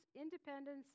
independence